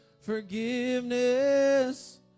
forgiveness